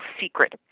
secret